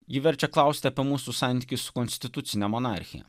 ji verčia klausti apie mūsų santykį su konstitucine monarchija